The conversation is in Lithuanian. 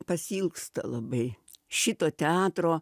pasiilgsta labai šito teatro